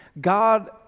God